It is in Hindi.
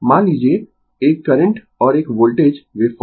मान लीजिए एक करंट और एक वोल्टेज वेव फॉर्म